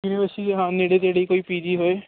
university ਦੇ ਹਾਂ ਨੇੜੇ ਤੇੜੇ ਹੀ ਕੋਈ ਪੀ ਜੀ ਹੋਏ